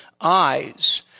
eyes